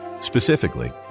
Specifically